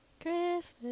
Christmas